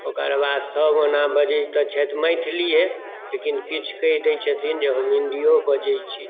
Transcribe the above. ओकर बाद सभ ओना बजै तऽ छथि मैथिलिए लेकिन किछु कहि दै छथिन जे हम हिन्दियो बजै छी